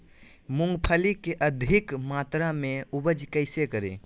मूंगफली के अधिक मात्रा मे उपज कैसे करें?